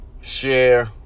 share